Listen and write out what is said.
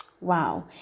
Wow